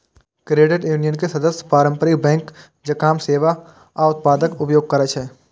credit union के सदस्य पारंपरिक बैंक जकां सेवा आ उत्पादक उपयोग करै छै